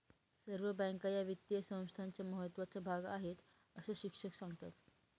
सर्व बँका या वित्तीय संस्थांचा महत्त्वाचा भाग आहेत, अस शिक्षक सांगतात